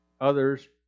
Others